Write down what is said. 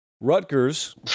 Rutgers